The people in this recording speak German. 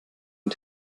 ein